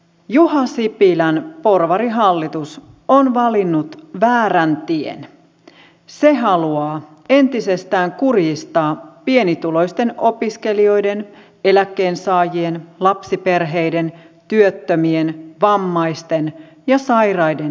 juha sipilän porvarihallitus on valinnut väärän tien se haluaa entisestään kurjistaa pienituloisten opiskelijoiden eläkkeensaajien lapsiperheiden työttömien vammaisten ja sairaiden elämää